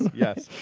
yes.